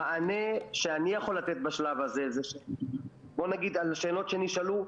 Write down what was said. המענה שאני יכול לתת בשלב הזה זה על שאלות שנשאלו.